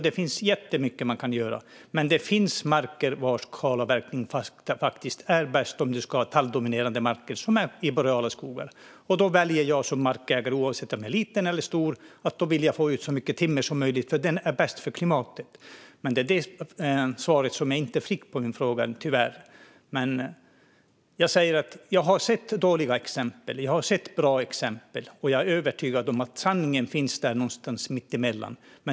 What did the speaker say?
Det finns jättemycket man kan göra, men det finns marker där kalavverkning faktiskt är bäst om man ska ha talldominerade marker, som i boreala skogar. Då väljer jag som markägare, oavsett om jag är liten eller stor, att få ut så mycket timmer som möjligt, för det är bäst för klimatet. Men det svaret fick jag tyvärr inte på min fråga. Jag har sett dåliga exempel och bra exempel, och jag är övertygad om att sanningen finns där någonstans mitt emellan.